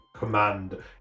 command